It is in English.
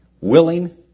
willing